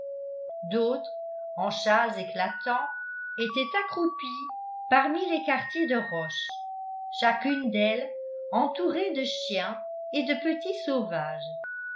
d'autres en châles éclatants étaient accroupies parmi les quartiers de roches chacune d'elles entourée de chiens et de petits sauvages